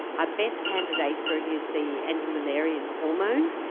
our best candidate for it is the anti-malarian hormone,